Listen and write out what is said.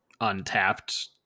untapped